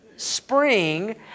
Spring